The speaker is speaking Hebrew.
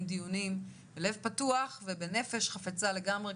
דיונים בלב פתוח ובנפש חפצה לגמרי.